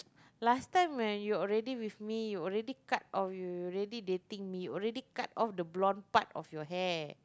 last time when you already with me you already cut oh you already dating me you already cut off the blonde part of your hair